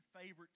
favorite